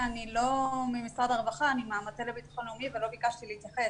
אלא מהמטה לביטחון לאומי ולא ביקשתי להתייחס.